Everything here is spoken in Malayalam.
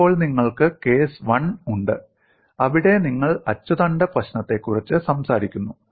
ഇപ്പോൾ നിങ്ങൾക്ക് കേസ് 1 ഉണ്ട് അവിടെ നിങ്ങൾ അച്ചുതണ്ട് പ്രശ്നത്തെക്കുറിച്ച് സംസാരിക്കുന്നു